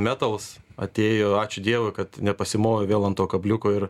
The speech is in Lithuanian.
metals atėjo ačiū dievui kad nepasimovė vėl ant to kabliuko ir